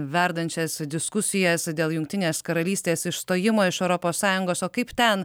verdančias diskusijas dėl jungtinės karalystės išstojimo iš europos sąjungos o kaip ten